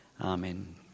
Amen